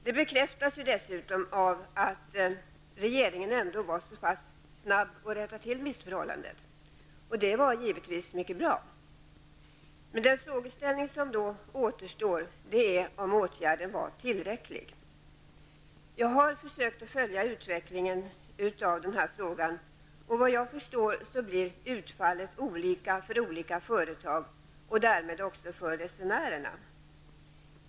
Det bekräftas dessutom av att regeringen var så snabb med att rätta till missförhållandet. Det var givetvis mycket bra. Men den frågeställning som återstår är om åtgärden var tillräcklig. Jag har försökt att följa utvecklingen av den här frågan. Efter vad jag förstår blir utfallet olika för olika företag och därmed också för resenärerna.